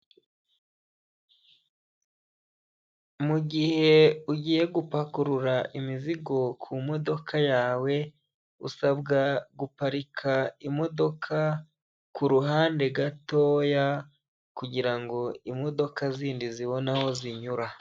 Mu gihe ugiye gupakurura imizigo ku modoka yawe, usabwa guparika imodoka ku ruhande gatoya, kugira ngo imodoka zindi zibone aho zinyura.